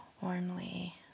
warmly